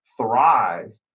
thrive